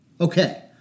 Okay